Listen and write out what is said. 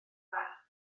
dda